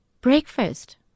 breakfast